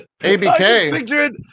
ABK